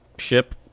ship